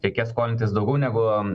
reikės skolintis daugiau negu